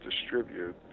distribute